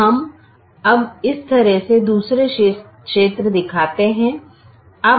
तो हम अब इस तरह से दूसरे क्षेत्र दिखाते हैं